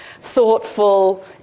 thoughtful